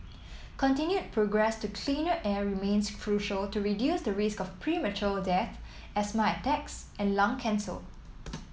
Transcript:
continued progress to cleaner air remains crucial to reduce the risk of premature death asthma attacks and lung cancer